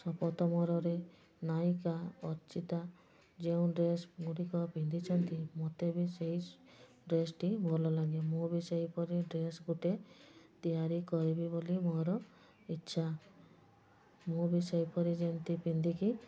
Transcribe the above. ଶପତ ମୋରରେ ନାୟିକା ଅର୍ଚ୍ଚିତା ଯେଉଁ ଡ୍ରେସ୍ ଗୁଡ଼ିକ ପିନ୍ଧିଛନ୍ତି ମୋତେ ବି ସେଇ ଡ୍ରେସ୍ଟି ଭଲ ଲାଗେ ମୁଁ ବି ସେଇପରି ଡ୍ରେସ୍ ଗୁଟେ ତିଆରି କରିବି ବୋଲି ମୋର ଇଚ୍ଛା ମୁଁ ବି ସେଇପରି ଯେମିତି ପିନ୍ଧିକି